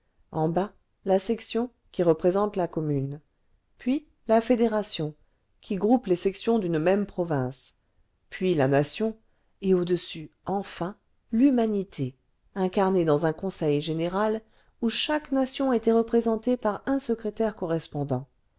en bas la section qui représente la commune puis la fédération qui groupe les sections d'une même province puis la nation et au-dessus enfin l'humanité incarnée dans un conseil général où chaque nation était représentée par un secrétaire correspondant